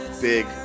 Big